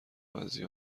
بعضی